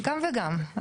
גם וגם.